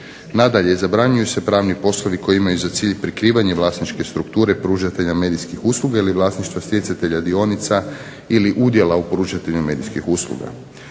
Nadalje, zabranjuju se pravni poslovi koji imaju za cilj prikrivanje vlasničke strukture pružatelja medijskih usluga ili vlasništva stjecatelja dionica ili udjela u pružatelju medijskih usluga.